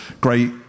great